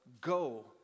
go